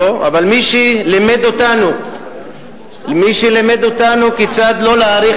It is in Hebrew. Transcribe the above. אבל מי שלימד אותנו כיצד לא להאריך